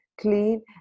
clean